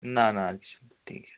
না না আর কিছু না ঠিক আছে